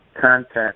contact